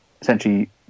essentially